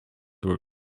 were